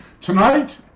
tonight